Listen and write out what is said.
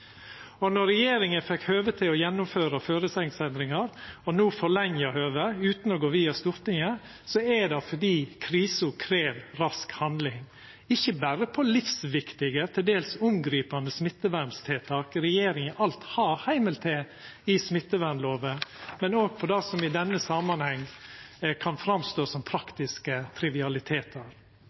Og når regjeringa fekk høve til å gjennomføra føresegnsendringar og no forlengja høvet utan å gå via Stortinget, er det fordi krisa krev rask handling – ikkje berre ved livsviktige, til dels omgripande smitteverntiltak regjeringa alt har heimel til i smittevernlova, men òg ved det som i denne samanhengen kan verka som praktiske trivialitetar: